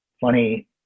funny